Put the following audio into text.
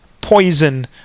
poison